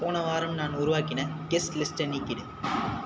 போன வாரம் நான் உருவாக்கின கெஸ்ட் லிஸ்ட்டை நீக்கிவிடு